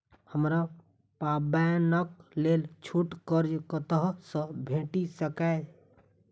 हमरा पाबैनक लेल छोट कर्ज कतऽ सँ भेटि सकैये?